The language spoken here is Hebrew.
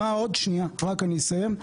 אני רק אסיים.